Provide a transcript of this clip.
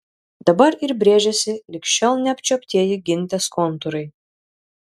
dabar ir brėžiasi lig šiol neapčiuoptieji gintės kontūrai